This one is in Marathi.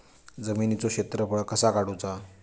जमिनीचो क्षेत्रफळ कसा काढुचा?